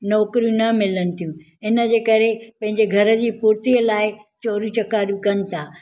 नौकिरियूं न मिलनि थियूं इन जे करे पंहिंजे घर जी पुर्तीअ लाइ चोरी चकारियूं कनि था